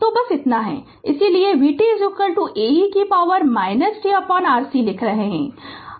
तो बस इतना है इसलिए vt A e कि पॉवर tRC लिख रहे हैं